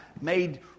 made